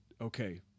okay